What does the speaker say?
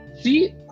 see